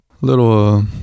little